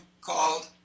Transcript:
called